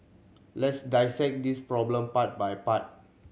let's dissect this problem part by part